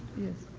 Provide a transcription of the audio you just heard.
yes?